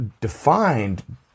defined